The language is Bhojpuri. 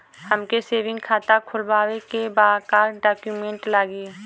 हमके सेविंग खाता खोलवावे के बा का डॉक्यूमेंट लागी?